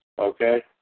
Okay